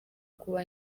kuba